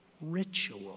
ritual